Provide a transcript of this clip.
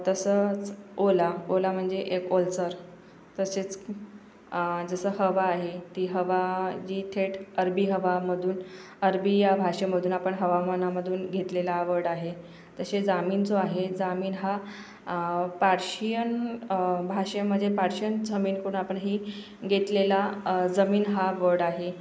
तसंच ओला ओला म्हणजे एक ओलसर तसेच जसं हवा आहे ती हवा जी थेट अरबी हवामधून अरबी या भाषेमधून आपण हवामानामधून घेतलेला हा वर्ड आहे तसे जामीन जो आहे जामीन हा पार्शियन भाषेमध्ये पार्शियन झमीनकडून आपण ही घेतलेला जमीन हा वर्ड आहे